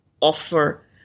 offer